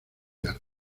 garza